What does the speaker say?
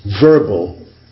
verbal